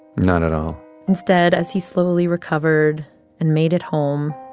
not at all instead, as he slowly recovered and made it home,